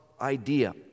idea